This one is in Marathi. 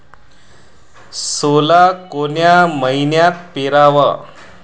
सोला कोन्या मइन्यात पेराव?